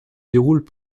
déroulent